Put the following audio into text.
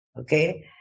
Okay